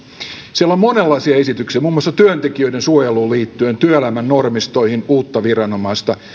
siellä on monenlaisia esityksiä muun muassa työntekijöiden suojeluun työelämän normistoihin liittyen uudesta viranomaisesta